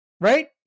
Right